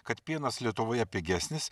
kad pienas lietuvoje pigesnis